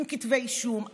עם כתבי אישום,